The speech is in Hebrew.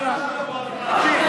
תמשיך.